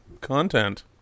content